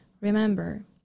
remember